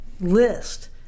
list